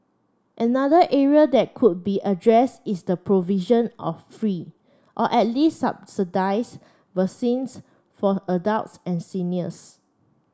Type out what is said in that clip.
another area that could be address is the provision of free or at least subsidise vaccines for adults and seniors